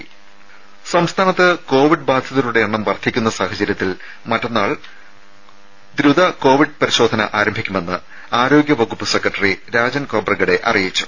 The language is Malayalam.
രുമ സംസ്ഥാനത്ത് കോവിഡ് ബാധിതരുടെ എണ്ണം വർദ്ധിക്കുന്ന സാഹചര്യത്തിൽ മറ്റന്നാൾ കോവിഡ് ദ്രുത പരിശോധന ആരംഭിക്കുമെന്ന് ആരോഗ്യ വകുപ്പ് സെക്രട്ടറി രാജൻ കോബ്രഗഡെ അറിയിച്ചു